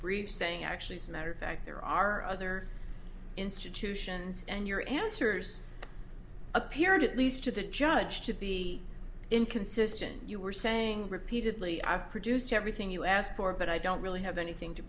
brief saying actually it's a matter of fact there are other institutions and your answers appeared at least to the judge to be inconsistent you were saying repeatedly i've produced everything you asked for but i don't really have anything to